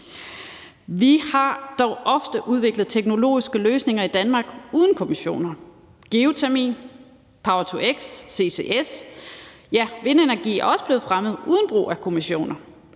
Vi har dog ofte udviklet teknologiske løsninger i Danmark uden kommissioner. Det gælder geotermi, power-to-x og ccs – ja, vindenergi er også blevet fremmet uden brug af kommissioner.